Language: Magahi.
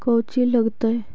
कौची लगतय?